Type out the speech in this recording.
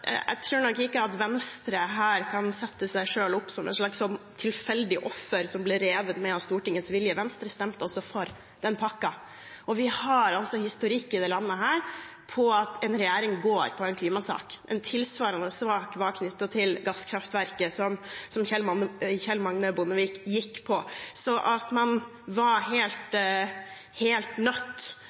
Venstre her kan sette seg selv opp som et slags tilfeldig offer som blir revet med av Stortingets vilje. Venstre stemte også for den pakken. Og vi har historikk i dette landet på at en regjering har gått av på en klimasak. En tilsvarende sak var knyttet til gasskraftverk, som Kjell Magne Bondevik gikk av på. Så at man var helt nødt